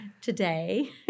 Today